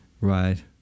Right